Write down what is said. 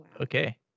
Okay